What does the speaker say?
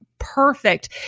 perfect